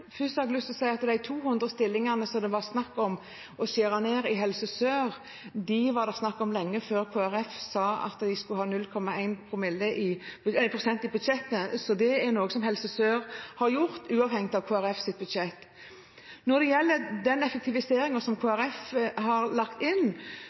Først har jeg lyst til å si at de 200 stillingene som det var snakk om å skjære ned i Helse Sør, var det snakk om lenge før Kristelig Folkeparti sa vi skulle kutte 0,1 pst. i budsjettet. Det er noe Helse Sør har gjort uavhengig av Kristelig Folkepartis budsjett. Når det gjelder effektiviseringen som